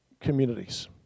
communities